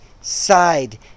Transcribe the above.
side